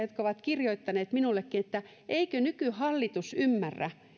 jotka ovat kirjoittaneet minullekin että eikö nykyhallitus ymmärrä